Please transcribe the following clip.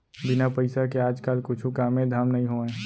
बिन पइसा के आज काल कुछु कामे धाम नइ होवय